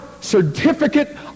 certificate